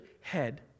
head